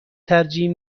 ترجیح